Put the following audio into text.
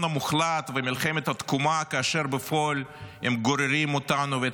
המוחלט ומלחמת התקומה כאשר בפועל הם גוררים אותנו ואת